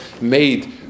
made